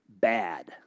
bad